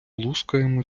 лускаємо